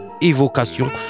évocation